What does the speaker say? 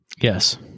Yes